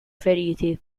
feriti